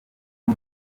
n’u